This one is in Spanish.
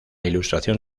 ilustración